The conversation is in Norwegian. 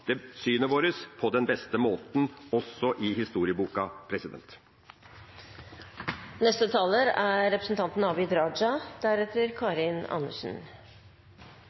synet vårt på den beste måten, også i historieboka.